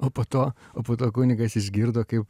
o po to o po to kunigas išgirdo kaip